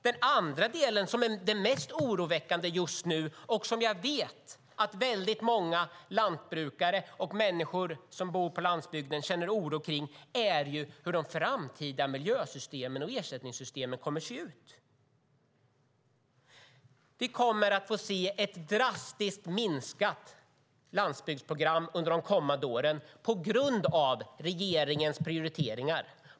Den andra delen som är den mest oroväckande just nu, och som jag vet att väldigt många lantbrukare och människor som bor på landsbygden känner oro kring, är hur de framtida miljösystemen och ersättningssystemen kommer att se ut. Vi kommer att få se ett drastiskt minskat landsbygdsprogram under de kommande åren på grund av regeringens prioriteringar.